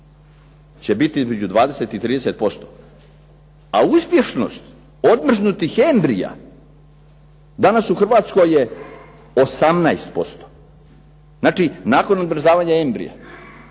će biti između 20 i 30%. A uspješnost odmrznutih embrija, danas u Hrvatskoj je 18%. Znači nakon odmrzavanja embrija